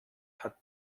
hat